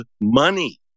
money